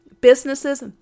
businesses